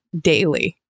daily